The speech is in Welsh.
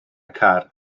car